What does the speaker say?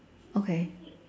okay